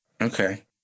Okay